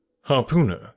Harpooner